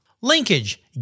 Linkage